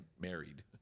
married